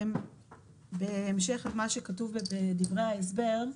בהמשך למה שכתוב ובדברי ההסבר,